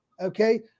okay